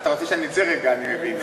אתה רוצה שאני אצא רגע, אני מבין?